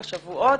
בשבועות,